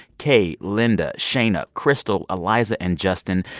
kay, linda, shana, crystal, eliza and justin,